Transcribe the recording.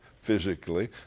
physically